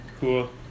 Cool